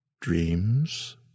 dreams